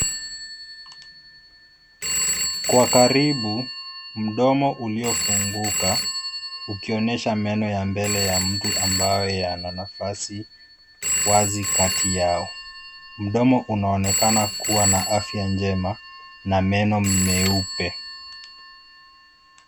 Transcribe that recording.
Kwa karibu, mdomo uliofunguka ukionyesha meno ya mbele ya mtu ambayo yana nafasi wazi kati yao. Mdomo unaonekana kuwa na afya njema na meno meupe.